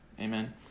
Amen